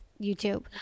YouTube